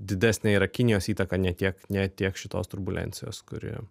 didesnė yra kinijos įtaka ne tiek ne tiek šitos turbulencijos kuri